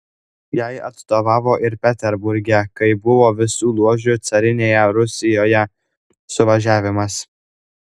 jai atstovavo ir peterburge kai buvo visų ložių carinėje rusijoje suvažiavimas